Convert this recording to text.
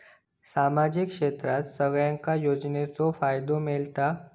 सामाजिक क्षेत्रात सगल्यांका योजनाचो फायदो मेलता?